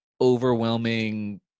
overwhelming